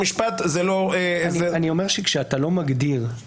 בשיטת המשפט הישראלית, למעשה לממשלה יש שליטה